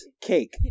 cake